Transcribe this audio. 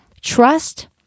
trust